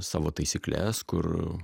savo taisykles kur